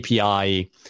API